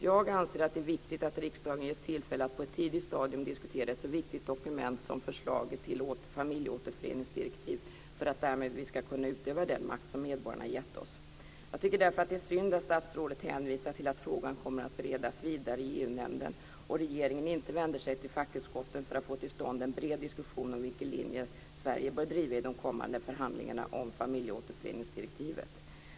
Jag anser att det är viktigt att riksdagen ges tillfälle att på ett tidigt stadium diskutera ett så viktigt dokument som förslaget till familjeåterföreningsdirektiv för att vi därmed ska kunna utöva den makt som medborgarna har gett oss. Jag tycker därför att det är synd att statsrådet hänvisar till att frågan kommer att beredas vidare i EU nämnden och att regeringen inte vänder sig till fackutskotten för att få till stånd en bred diskussion om vilken linje Sverige bör driva i de kommande förhandlingarna om familjeåterföreningsdirektivet.